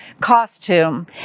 costume